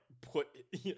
put